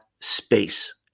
space